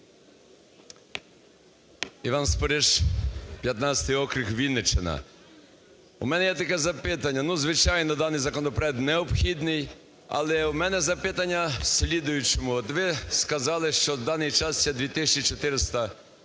Іван Спориш, 15 округ, Вінниччина. У мене є таке запитання, ну звичайно, даний законопроект необхідний, але у мене запитання у слідуючому. От ви сказали, що у даний час є 2400